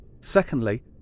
Secondly